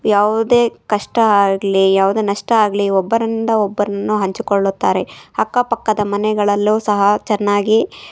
ಯಾವುದೇ ಕಷ್ಟ ಆಗಲಿ ಯಾವುದೇ ನಷ್ಟ ಆಗಲಿ ಒಬ್ಬರಿಂದ ಒಬ್ಬರನ್ನು ಹಂಚಿಕೊಳ್ಳುತ್ತಾರೆ ಅಕ್ಕಪಕ್ಕದ ಮನೆಗಳಲ್ಲೂ ಸಹ ಚೆನ್ನಾಗಿ